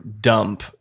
dump